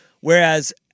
whereas